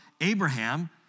Abraham